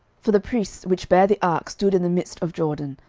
for the priests which bare the ark stood in the midst of jordan,